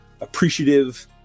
appreciative